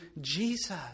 jesus